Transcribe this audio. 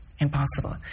impossible